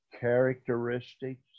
Characteristics